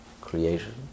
creation